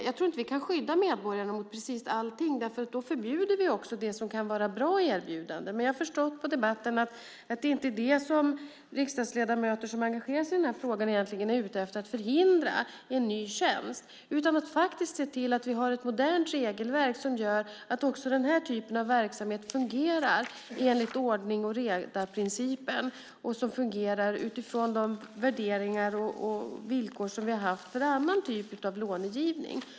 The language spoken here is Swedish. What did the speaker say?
Jag tror inte att vi kan skydda medborgarna mot precis allting därför att då förbjuder vi också det som kan vara bra erbjudanden. Men jag har förstått av debatten att riksdagsledamöter som har engagerat sig i denna fråga egentligen inte är ute efter att förhindra en ny tjänst utan att faktiskt se till att vi har ett modernt regelverk som gör att också denna typ av verksamhet fungerar enligt ordning-och-reda-principen och utifrån de värderingar och villkor som vi har haft för annan typ av långivning.